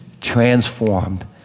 transformed